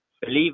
believe